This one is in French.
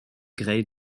grey